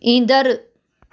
ईंदड़